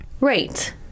Right